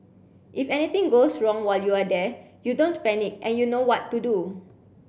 if anything goes wrong while you're there you don't panic and you know what to do